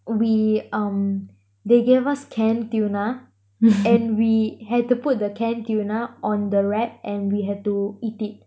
we um they gave us canned tuna and we had to put the canned tuna on the wrap and we had to eat it